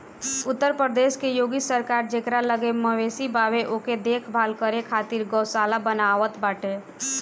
उत्तर प्रदेश के योगी सरकार जेकरा लगे मवेशी बावे ओके देख भाल करे खातिर गौशाला बनवावत बाटे